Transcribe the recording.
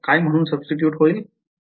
काय म्हणून सुब्स्टिट्यूशन होईल